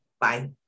Bye